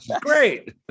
great